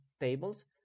tables